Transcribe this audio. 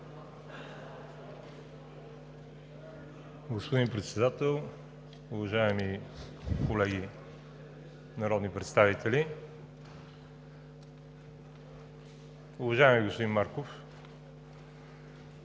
Господин Председател, уважаеми колеги народни представители! Уважаеми господин Марков,